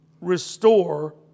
restore